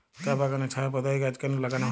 চা বাগানে ছায়া প্রদায়ী গাছ কেন লাগানো হয়?